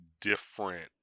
different